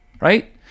right